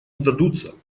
сдадутся